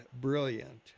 Brilliant